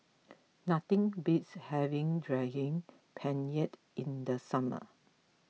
nothing beats having Daging Penyet in the summer